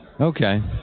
okay